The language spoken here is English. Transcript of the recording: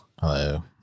Hello